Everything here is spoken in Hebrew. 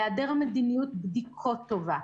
בהיעדר מדיניות בדיקות טובה,